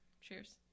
Cheers